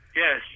yes